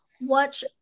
watch